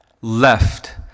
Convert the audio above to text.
left